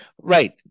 right